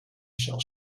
shall